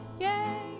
Yay